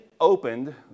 opened